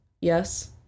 Yes